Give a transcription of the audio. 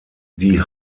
die